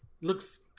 Looks